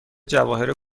جواهر